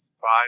five